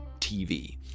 TV